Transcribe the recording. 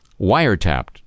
wiretapped